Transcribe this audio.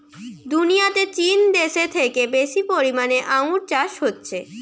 দুনিয়াতে চীন দেশে থেকে বেশি পরিমাণে আঙ্গুর চাষ হচ্ছে